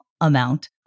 amount